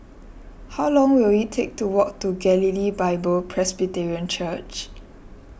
how long will it take to walk to Galilee Bible Presbyterian Church